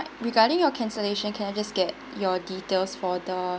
regarding your cancellation can I just get your details for the